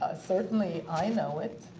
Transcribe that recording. ah certainly i know it.